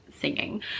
singing